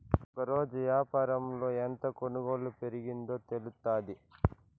ఒకరోజు యాపారంలో ఎంత కొనుగోలు పెరిగిందో తెలుత్తాది